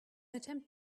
attempt